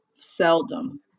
seldom